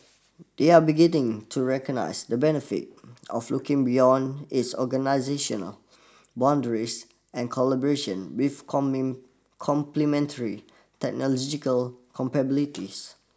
they are beginning to recognize the benefits of looking beyond its organizational boundaries and collaboration with coming complementary technological capabilities